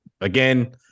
again